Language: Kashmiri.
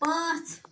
پانٛژھ